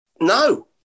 no